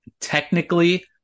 technically